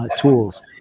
tools